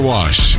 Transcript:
Wash